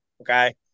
okay